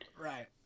Right